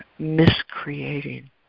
miscreating